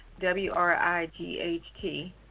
W-R-I-G-H-T